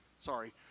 sorry